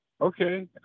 Okay